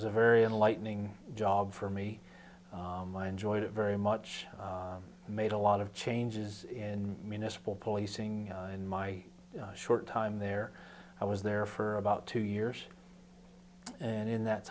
was a very enlightening job for me enjoyed it very much made a lot of changes in municipal policing in my short time there i was there for about two years and in that